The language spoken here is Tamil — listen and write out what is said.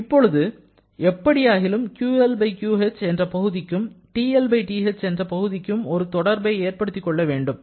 இப்போது எப்படியாகிலும் QLQH என்ற பகுதிக்கும் 'TLTH' என்ற பகுதிக்கும் ஒரு தொடர்பை ஏற்படுத்திக் கொள்ள வேண்டும்